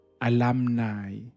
alumni